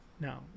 no